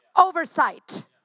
oversight